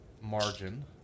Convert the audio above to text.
margin